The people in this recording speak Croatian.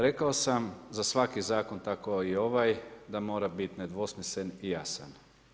Rekao sam za svaki zakon, tako i ovaj, da mora biti nedvosmislen i jasan.